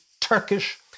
Turkish